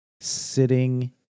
sitting